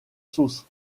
sauces